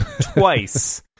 twice